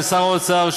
של שר האוצר,